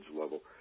level